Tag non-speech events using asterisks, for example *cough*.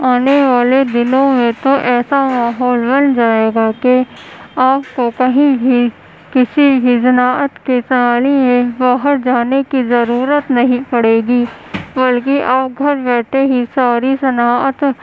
آنے والے دنوں میں تو ایسا ماحول بن جائے گا کہ آپ کو کہیں بھی کسی بھی کے *unintelligible* میں باہر جانے کی ضرورت نہیں پڑے گی بلکہ آپ گھر بیٹھے ہی ساری *unintelligible*